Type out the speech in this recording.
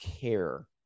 care